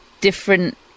different